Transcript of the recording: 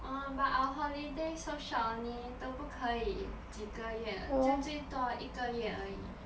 orh but our holidays so short only 都不可以几个月就最多一个月而已